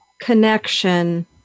connection